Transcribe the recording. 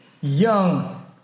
young